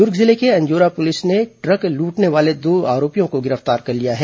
दुर्ग जिले के अंजोरा पुलिस ने ट्रक लूटने वाले दो आरोपियों को गिरफ्तार कर लिया है